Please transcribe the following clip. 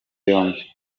yombi